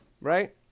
Right